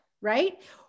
right